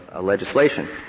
legislation